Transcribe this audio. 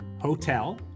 hotel